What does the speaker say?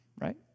right